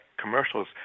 commercials